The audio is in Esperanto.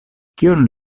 kion